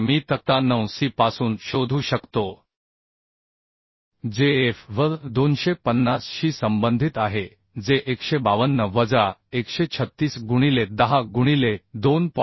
मूल्य मी तक्ता 9 सी पासून शोधू शकतो जे Fy 250 शी संबंधित आहे जे 152 वजा 136 गुणिले 10 गुणिले 2